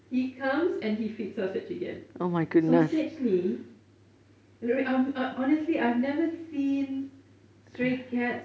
he comes and he feeds sausage again sausage ni honestly I've never seen stray cats